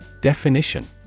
Definition